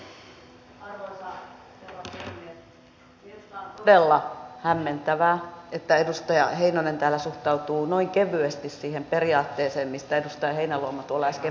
minusta on todella hämmentävää että edustaja heinonen täällä suhtautuu noin kevyesti siihen periaatteeseen mistä edustaja heinäluoma äsken puhui